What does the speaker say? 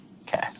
okay